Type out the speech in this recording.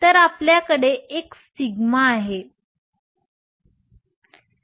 तर या आण्विक कक्षांच्या परस्पर क्रियेवरून आपल्याकडे असलेले सिलिकॉनचे चित्र आहे